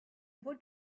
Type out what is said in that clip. want